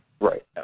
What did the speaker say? Right